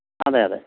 അതെ അതെ